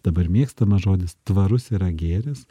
dabar mėgstamas žodis tvarus yra gėris